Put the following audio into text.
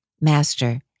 Master